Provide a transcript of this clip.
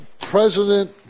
President